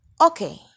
okay